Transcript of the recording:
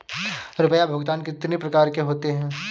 रुपया भुगतान कितनी प्रकार के होते हैं?